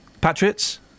Patriots